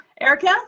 Erica